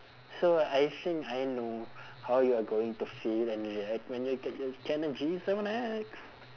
so I think I know how you are going to feel and react when you get your canon G seven X